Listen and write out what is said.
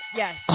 yes